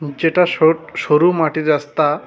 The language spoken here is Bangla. যেটা সোট সরু মাটির রাস্তা